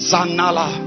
Zanala